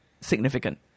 significant